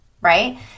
right